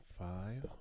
five